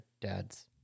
dads